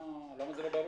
למה זה לא ברור?